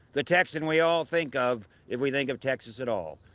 the texan we all think of if we think of texas at all.